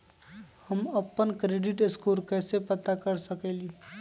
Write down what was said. हम अपन credit score कैसे पता कर सकेली?